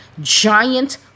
Giant